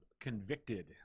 Convicted